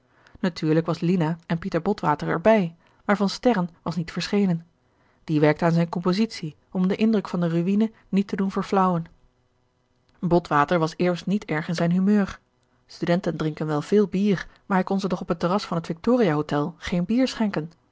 natuurlijk was lina en pieter botwater er bij maar van sterren was niet verschenen die werkte aan zijne compositie om den indruk van de ruïne niet te doen verflauwen botwater was eerst niet erg in zijn humeur studenten drinken wel veel bier maar hij kon ze toch op het terras van het victoria hotel geen bier schenken